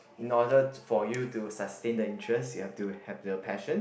in order for you to sustain the interest you have to have the passion